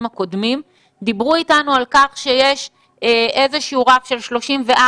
הקודמים דיברו אתנו על כך שיש איזשהו רף של 34,